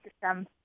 system